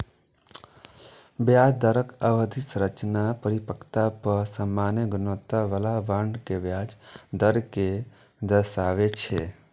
ब्याज दरक अवधि संरचना परिपक्वता पर सामान्य गुणवत्ता बला बांड के ब्याज दर कें दर्शाबै छै